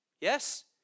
Yes